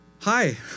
hi